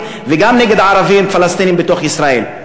וגם נגד ערבים פלסטינים בתוך ישראל.